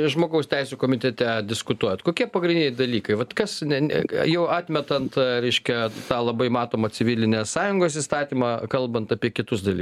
žmogaus teisių komitete diskutuojat kokie pagrindiniai dalykai vat kas ne ne jau atmetant reiškia tą labai matomą civilinę sąjungos įstatymą kalbant apie kitus daly